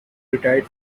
retired